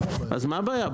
אז מה הבעיה?